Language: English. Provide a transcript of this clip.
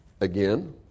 again